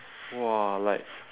!wah! like